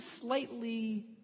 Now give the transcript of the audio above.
slightly